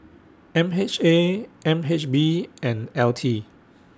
M H A N H B and L T